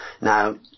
Now